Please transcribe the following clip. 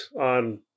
on